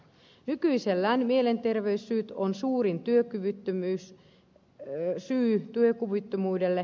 nykyisellään mielenterveyssyyt ovat suurin syy työkyvyttömyydelle